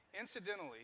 Incidentally